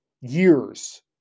years